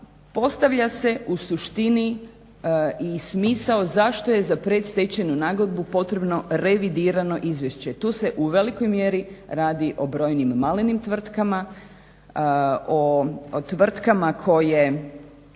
postavlja se u suštini i smisao zašto je za predstečajne nagodbu potrebno revidirano izvješće, tu se u velikoj mjeri radi o brojnim malenim tvrtkama, o tvrtkama koje